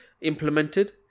implemented